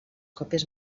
còpies